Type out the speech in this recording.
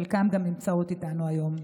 חלקן גם נמצאות איתנו היום.